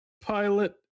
pilot